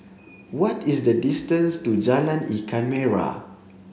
what is the distance to Jalan Ikan Merah